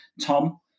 Tom